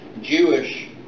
Jewish